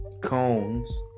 cones